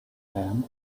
man